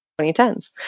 2010s